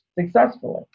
successfully